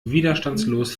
widerstandslos